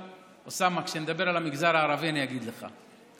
אוסאמה, כשנדבר על המגזר הערבי אני אגיד לך.